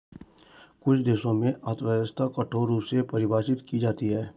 कुछ देशों की अर्थव्यवस्था कठोर रूप में परिभाषित की जाती हैं